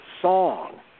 song